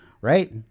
right